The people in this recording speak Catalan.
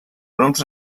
volums